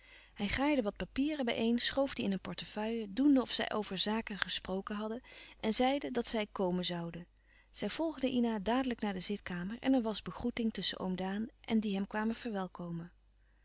hij graaide wat papieren bij een schoof die in een portefeuille doende of zij over zaken gesproken hadden en zeide dat zij komen zouden zij volgden ina dadelijk naar de zitkamer en er was begroeting tusschen oom daan en die hem kwamen verwelkomen